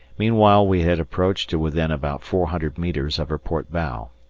meanwhile we had approached to within about four hundred metres of her port bow.